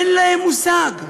אין להם מושג.